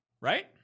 right